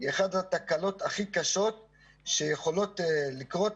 היא אחת התקלות הכי קשות שיכולות לקרות